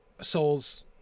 souls